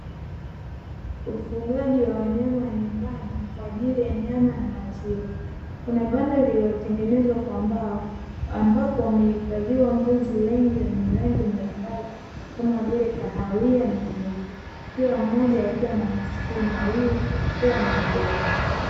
Ufugaji wa wanyama nyumbani kwa ajili ya nyama na maziwa, kuna banda lililo tengenezwa kwa mbao ambapo wamehifadhiwa mbuzi wengi mwenye rangi mbalimbali kama vile kahawia na nyeupe, kila mmoja akiwa na masikio mawili pua na mdomo.